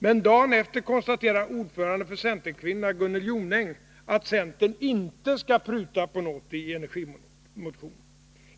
Men dagen efter konstaterar ordföranden för centerkvinnorna Gunnel Jonäng, att centern inte skall pruta på något i energimotionen.